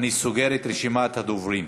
אני סוגר את רשימת הדוברים.